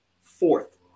Fourth